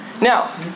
Now